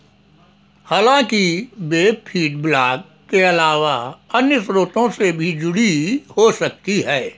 हालाँकि web feed blog के अलावा अन्य स्रोतों से भी जुड़ी हो सकती हैं